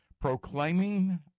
proclaiming